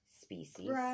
species